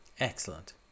excellent